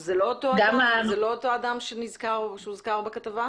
זה לא אותו אדם שהוזכר בכתבה?